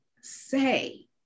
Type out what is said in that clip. say